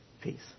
Peace